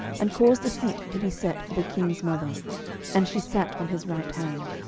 and caused a seat to be set for the king's mother and she sat on his right hand.